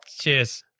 Cheers